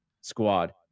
squad